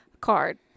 card